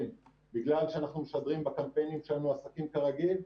בגלל שאנחנו משדרים בקמפיינים שלנו עסקים כרגיל.